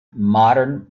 modern